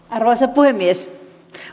arvoisa puhemies